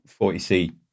40c